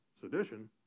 Sedition